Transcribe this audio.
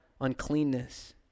uncleanness